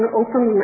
open